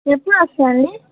ఎప్పుడు వస్తాయండి